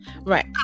Right